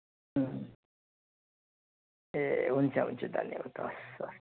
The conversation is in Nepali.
ए हुन्छ हुन्छ धन्यवाद हवस् हवस्